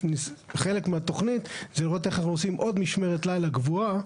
חלק מהתוכנית זה לראות איך אנחנו עושים עוד משמרת לילה קבועה,